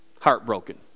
heartbroken